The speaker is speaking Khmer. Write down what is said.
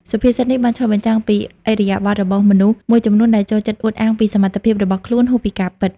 សុភាសិតនេះបានឆ្លុះបញ្ចាំងពីឥរិយាបថរបស់មនុស្សមួយចំនួនដែលចូលចិត្តអួតអាងពីសមត្ថភាពរបស់ខ្លួនហួសពីការពិត។